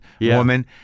woman